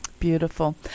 beautiful